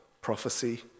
prophecy